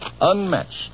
unmatched